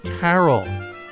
Carol